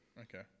Okay